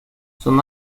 son